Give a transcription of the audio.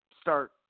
start